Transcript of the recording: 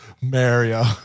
Mario